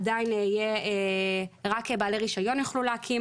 עדיין רק בעלי רשיון יוכלו להקים